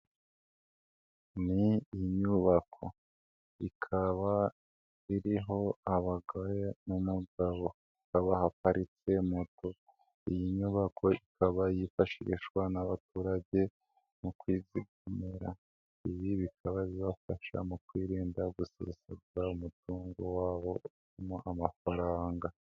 Ni inyubako, ikaba iriho abagore n'umugabo. Hakaba haparitse i moto. Iyi nyubako ikaba yifashishwa n'abaturage mu kwizigamira. Ibi bikaba bibafasha mu kwirinda gusesagura umutungo wabo umuha amafaranga.